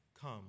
Come